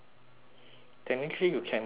technically you can go penang